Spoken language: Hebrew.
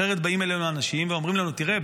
אחרת באים אלינו אנשים ואומרים לנו: תראה,